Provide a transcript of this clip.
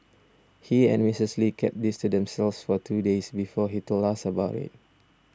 he and Miss Lee kept this to themselves for two days before he told us about it